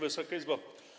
Wysoka Izbo!